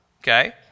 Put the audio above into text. okay